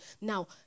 Now